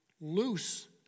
loose